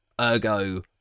Ergo